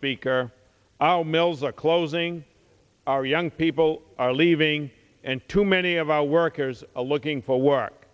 speaker our mills are closing our young people are leaving and too many of our workers looking for work